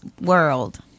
world